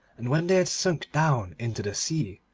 and when they had sunk down into the sea,